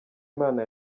imana